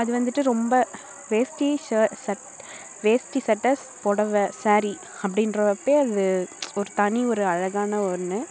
அது வந்துட்டு ரொம்ப வேஷ்டி வேஷ்டி சட்டை புடவை ஸாரீ அப்படின்ற அப்பயே அது ஒரு தனி ஒரு அழகான ஒன்று